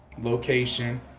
location